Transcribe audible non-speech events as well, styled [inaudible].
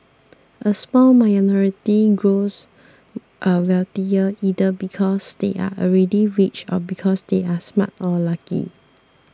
a small minority grows [hesitation] wealthier either because they are already rich or because they are smart or lucky